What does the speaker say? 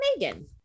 Megan